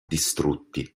distrutti